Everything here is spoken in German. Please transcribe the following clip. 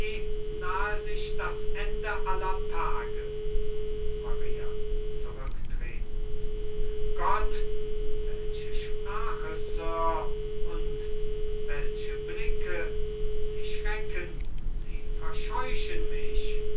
nahe sich das ende aller tage maria zurücktretend gott welche sprache sir und welche blicke sie schrecken sie verscheuchen mich